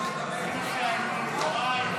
התשפ"ה 2025,